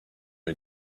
are